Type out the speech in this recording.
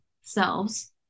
selves